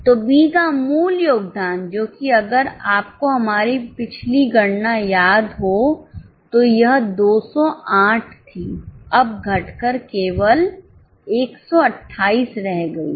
तो बी का मूल योगदान जो कि अगर आपको हमारी पिछली गणना याद हो तो यह 208 थी अब घटकर केवल 128 रह गई है